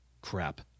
crap